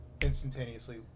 instantaneously